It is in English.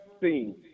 seen